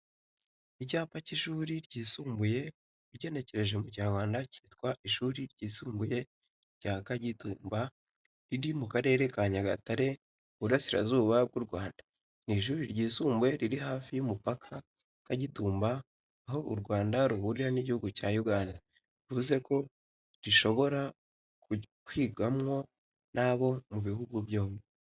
Icyapa cy’ishuri ryisumbuye ugenekereje mu kinyarwanda ryitwa ishuri ryisumbuye rya kagitumba riri mu karere ka nyagatare mu burasirazuba bw’urwanda. Ni ishuri ryisumbuye riri hafi y'umupaka wa kagitumba aho urwanda ruhurira n’igihugu cya uganda. Bivuzeko rishobora kwigwamo n'abo mu bihugo byombi.